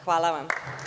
Hvala vam.